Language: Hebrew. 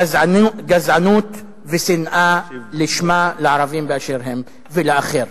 גזענות ושנאה לשמה לערבים באשר הם ולאחר.